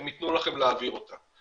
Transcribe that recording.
הם יתנו לכם להעביר אותה.